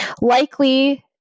likely